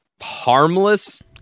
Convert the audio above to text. harmless